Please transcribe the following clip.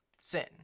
sin